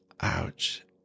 Ouch